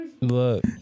Look